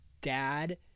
dad